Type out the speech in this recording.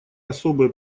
особые